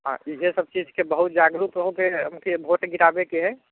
आओर ईसब चीजके बहुत जागरूक होइके अहूँकए वोट गिराबैके हइ